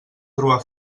trobar